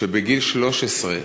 שבגיל 13,